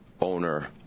owner